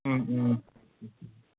ও